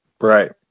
Right